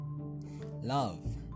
Love